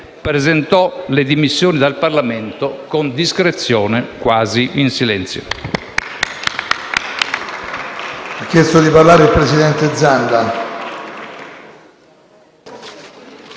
Presentò le dimissioni dal Parlamento con discrezione, quasi in silenzio.